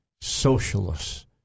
socialists